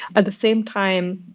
at the same time,